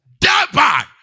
thereby